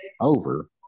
over